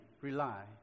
rely